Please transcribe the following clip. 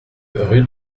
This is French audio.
rue